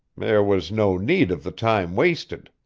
there was no need of the time wasted.